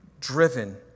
driven